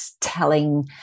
telling